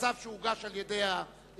ולמצב שהוגש על-ידי הוועדה.